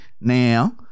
now